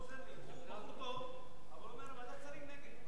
הוא בחור טוב, אבל הוא אומר: ועדת שרים נגד.